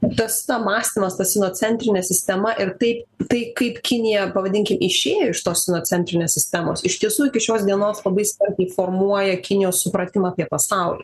tas ta mąstymas ta sinocentrinė sistema ir taip tai kaip kinija pavadinkim išėję iš tos sinocentrinės sistemos ištisų iki šios dienos labao smarkai formuoja kinijos supratimą apie pasaulį